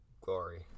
Glory